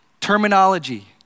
terminology